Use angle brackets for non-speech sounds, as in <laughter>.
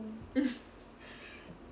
<laughs>